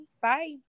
Bye